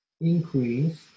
increase